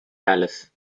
dallas